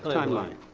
timeline.